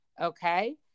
okay